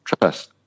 trust